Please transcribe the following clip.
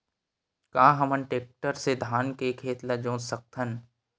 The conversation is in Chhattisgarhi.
का हमन टेक्टर से धान के खेत ल जोत सकथन?